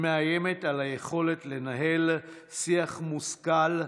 שמאיימת על היכולת לנהל שיח מושכל,